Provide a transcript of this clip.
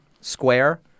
square